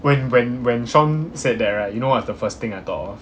when when when shawn said that right you know what's the first thing I thought of